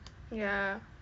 ya